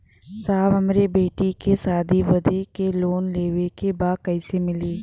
साहब हमरे बेटी के शादी बदे के लोन लेवे के बा कइसे मिलि?